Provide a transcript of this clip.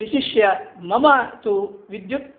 विशिष्य मम तु विद्युत्